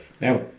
Now